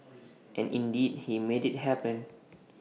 and indeed he made IT happen